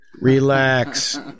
Relax